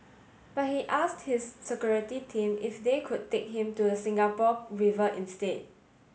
but he asked his security team if they could take him to the Singapore River instead